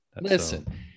Listen